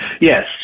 yes